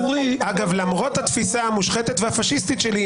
אגב למרות התפיסה המושחתת והפשיסטית שלי,